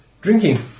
drinking